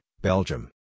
Belgium